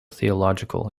theological